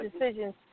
decisions